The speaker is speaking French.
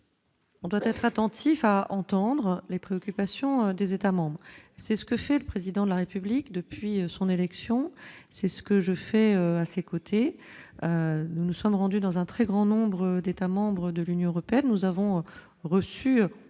On doit être attentif à entendre les préoccupations des États-membres, c'est ce que fait le président de la République depuis son élection, c'est ce que je fais à ses côtés, nous nous sommes rendus dans un très grand nombre d'États membres de l'Union européenne, nous avons reçu